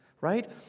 right